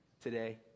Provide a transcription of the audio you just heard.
today